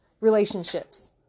relationships